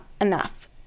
enough